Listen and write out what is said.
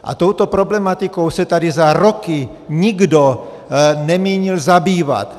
A touto problematikou se tady za roky nikdo nemínil zabývat.